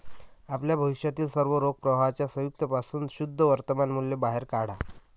आपल्या भविष्यातील सर्व रोख प्रवाहांच्या संयुक्त पासून शुद्ध वर्तमान मूल्य बाहेर काढा